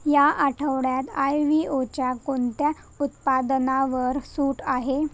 या आठवड्यात आयवीओच्या कोनत्या उत्पादनावर सूट आहे